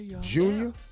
Junior